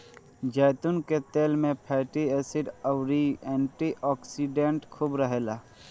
जैतून के तेल में फैटी एसिड अउरी एंटी ओक्सिडेंट खूब रहेला